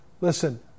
listen